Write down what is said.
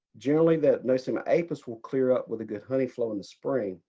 generally that nosema apis will clear up with a good honey flow in the spring.